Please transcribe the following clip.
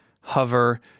Hover